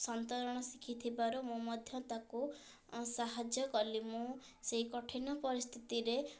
ସନ୍ତରଣ ଶିଖିଥିବାରୁ ମୁଁ ମଧ୍ୟ ତାକୁ ସାହାଯ୍ୟ କଲି ମୁଁ ସେଇ କଠିନ ପରିସ୍ଥିତିରେ